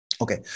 Okay